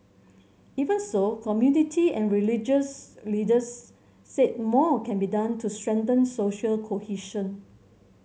even so community and religious leaders said more can be done to strengthen social cohesion